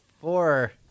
four